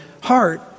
heart